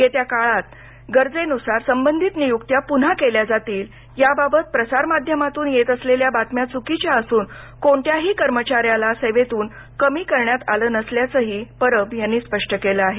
येत्या काळात गरजेनुसार संबधित नियूक्त्या पुन्हा केल्या जातील याबाबत प्रसार माध्यमातून येत असलेल्या बातम्या चुकीच्या असून कोणत्याही कर्मचाऱ्याला सेवेतून कमी करण्यात आलं नसल्याचंही परब यांनी स्पष्ट केलं आहे